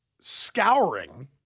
scouring